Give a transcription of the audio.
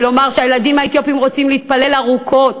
ולומר שהילדים האתיופים רוצים להתפלל ארוכות,